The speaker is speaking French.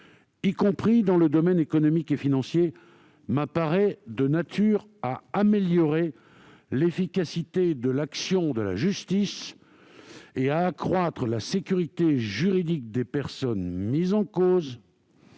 y compris dans le domaine économique et financier, m'apparaît de nature à améliorer l'efficacité de l'action de la justice et à accroître la sécurité juridique des personnes mises en cause,